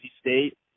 State